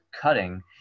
cutting